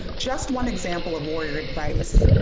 just one example of warrior advice.